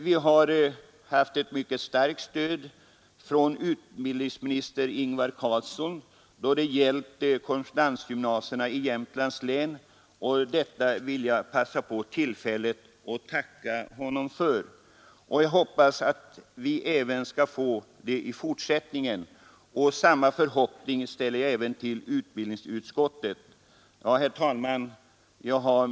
Vi har haft ett mycket starkt stöd från utbildningsminister Ingvar Carlsson då det gällt korrespondensgymnasierna i Jämtlands län, och jag vill passa på tillfället att tacka honom för detta. Jag hoppas att vi skall få sådant stöd även i fortsättningen. Samma förhoppning ställer jag också till utbildningsutskottet. Herr talman!